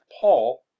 paul